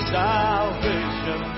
salvation